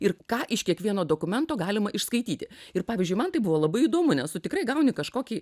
ir ką iš kiekvieno dokumento galima išskaityti ir pavyzdžiui man tai buvo labai įdomu nes tu tikrai gauni kažkokį